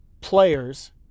players